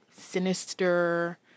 sinister